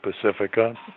Pacifica